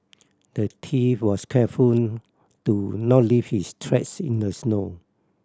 the thief was careful to not leave his tracks in the snow